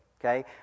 Okay